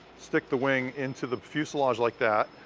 stick the wing into the fuselage like that,